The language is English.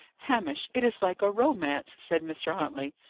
hamish, it is like a romance! said mr. huntley.